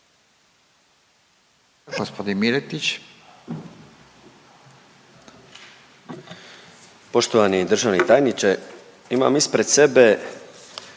Gospodin Klasić.